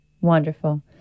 Wonderful